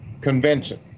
convention